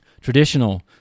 Traditional